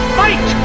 fight